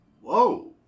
whoa